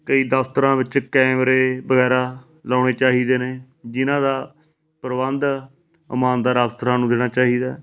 ਕਈ ਦਫਤਰਾਂ ਵਿੱਚ ਕੈਮਰੇ ਵਗੈਰਾ ਲਾਉਣੇ ਚਾਹੀਦੇ ਨੇ ਜਿਨ੍ਹਾਂ ਦਾ ਪ੍ਰਬੰਧ ਇਮਾਨਦਾਰ ਅਫਸਰਾਂ ਨੂੰ ਦੇਣਾ ਚਾਹੀਦਾ